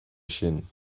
sin